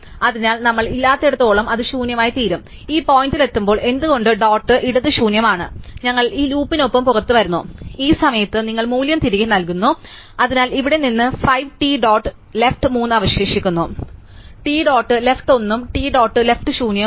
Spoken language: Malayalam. അതിനാൽ നമ്മൾ ഇല്ലാത്തിടത്തോളം അത് ശൂന്യമായിത്തീരും ഈ പോയിന്റിലെത്തുമ്പോൾ എന്തുകൊണ്ട് ഡോട്ട് ഇടത് ശൂന്യമാണ് ഞങ്ങൾ ഈ ലൂപ്പിനൊപ്പം പുറത്തുവരുന്നു ഈ സമയത്ത് നിങ്ങൾ മൂല്യം തിരികെ നൽകുന്നു അതിനാൽ ഇവിടെ നിന്ന് 5 ടി ഡോട്ട് ലെഫ്റ് 3 അവശേഷിക്കുന്നു ടി ഡോട്ട് ലെഫ്റ് 1 ഉം ടി ഡോട്ട് ലെഫ്റ് ശൂന്യവുമാണ്